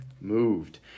moved